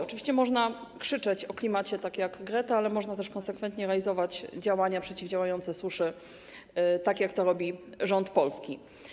Oczywiście można krzyczeć o klimacie tak jak Greta, ale można też konsekwentnie realizować działania przeciwdziałające suszy tak jak to robi rząd polski.